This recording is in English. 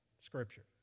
Scripture